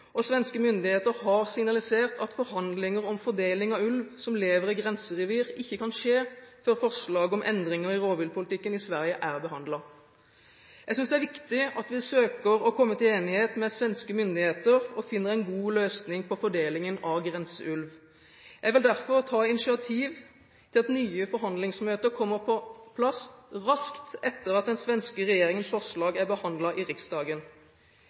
og svenske myndigheter har signalisert at forhandlinger om fordeling av ulv som lever i grenserevir, ikke kan skje før forslaget om endringer i rovviltpolitikken i Sverige er behandlet. Jeg synes det er viktig at vi søker å komme til enighet med svenske myndigheter og finner en god løsning på fordelingen av grenseulv. Jeg vil derfor ta initiativ til at nye forhandlingsmøter kommer på plass raskt etter at den svenske regjeringens forslag er behandlet i Riksdagen.